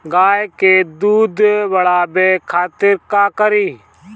गाय के दूध बढ़ावे खातिर का करी?